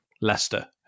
Leicester